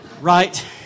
Right